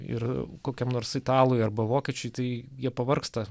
ir kokiam nors italui arba vokiečiui tai jie pavargsta